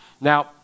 Now